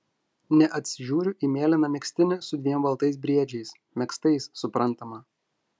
neatsižiūriu į mėlyną megztinį su dviem baltais briedžiais megztais suprantama